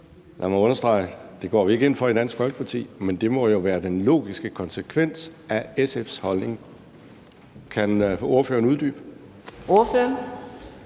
Lad mig understrege, at vi i Dansk Folkeparti ikke går ind for at udvide det, men det må jo være den logiske konsekvens af SF's holdning. Kan ordføreren uddybe det?